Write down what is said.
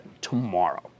tomorrow